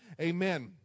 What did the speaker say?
Amen